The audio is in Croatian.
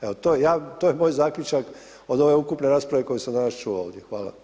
Evo to je moj zaključak od ove ukupne rasprave koju sam danas čuo ovdje.